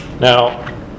Now